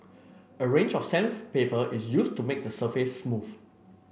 a range of sandpaper is used to make the surface smooth